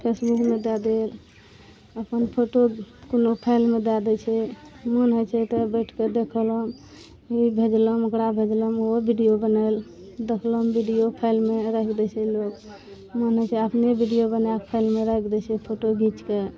फेसबुकमे दऽ देलक अपन फोटो कोनो फाइलमे दै दय छै मोन होइ छै तऽ बैठ कऽ देखलहुॅं भेजलहुॅं ओकरा भेजलहुॅं ओहो वीडियो बनैलक देखलहुॅं वीडियो फाइलमे राखि दै छै लोक मन होइ छै अपने वीडियो बना कऽ फाइलमे राखि दै छै फोटो घीच कऽ